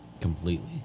Completely